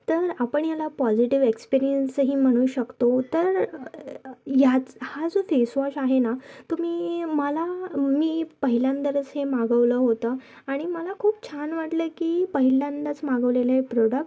तर आपण याला पॉझिटिव एक्सपिरियन्सही म्हणू शकतो तर ह्याच हा जो फेसवॉश आहे ना तो मी मला मी पहिल्यांदाच हे मागवलं होतं आणि मला खूप छान वाटलं की पहिल्यांदाच मागवलेलं हे प्रोडक्ट